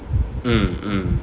mm mm